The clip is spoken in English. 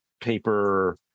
paper